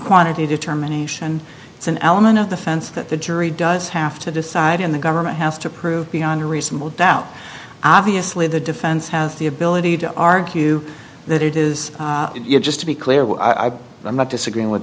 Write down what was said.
quantity determination it's an element of the fence that the jury does have to decide in the government has to prove beyond a reasonable doubt obviously the defense has the ability to argue that it is just to be clear well i i'm not disagreeing with